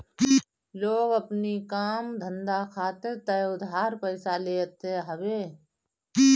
लोग अपनी काम धंधा खातिर तअ उधार पइसा लेते हवे